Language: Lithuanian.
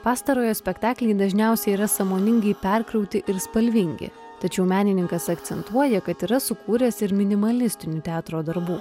pastarojo spektakliai dažniausiai yra sąmoningai perkrauti ir spalvingi tačiau menininkas akcentuoja kad yra sukūręs ir minimalistinių teatro darbų